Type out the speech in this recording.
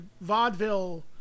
vaudeville